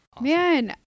man